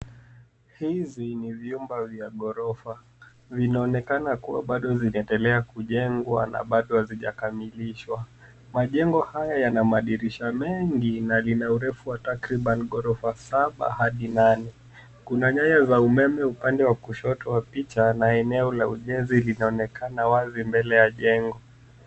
Hizi ni vyumba vya ghorofa. Vinaonekana kuwa bado vinaendelea kujengwa na bado hazijakamilishwa. Majengo haya yana madirisha mengi na lina urefu wa takriban ghorofa saba hadi nane. Kuna nyaya za umeme upande wa kushoto wa picha na eneo la ujenzi linaonekana wazi mbele ya jengo.